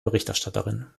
berichterstatterin